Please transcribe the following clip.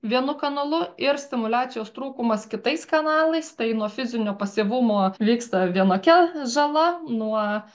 vienu kanalu ir stimuliacijos trūkumas kitais kanalais tai nuo fizinio pasyvumo vyksta vienokia žala nuo